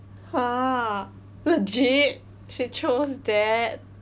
!huh! legit she chose that